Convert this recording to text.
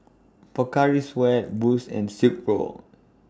Pocari Sweat Boost and Silkpro